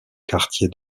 quartier